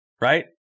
right